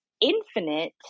infinite